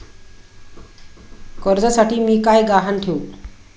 कर्जासाठी मी काय गहाण ठेवू?